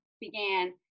began